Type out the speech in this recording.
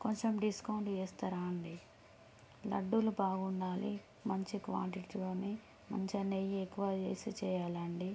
కొంచెం డిస్కౌంట్ చేస్తారా అండీ లడ్డూలు బాగుండాలి మంచి క్వాంటిటీ చూడండి మంచిగా నెయ్యి ఎక్కువగా వేసి చేయాలి అండి